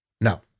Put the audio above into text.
no